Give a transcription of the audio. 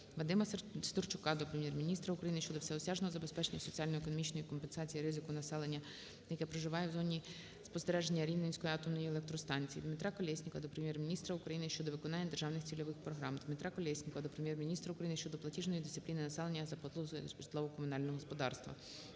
Вадима Сидорчука до Прем'єр-міністра України щодо всеосяжного убезпечення соціально-економічної компенсації ризику населення, яке проживає в зоні спостереження Рівненської атомної електростанції. Дмитра Колєснікова до Прем'єр-міністра України щодо виконання державних цільових програм. Дмитра Колєснікова до Прем'єр-міністра України щодо платіжної дисципліни населення за послуги житлово-комунального господарства.